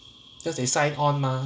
cause they sign on mah